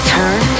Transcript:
Turn